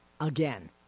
again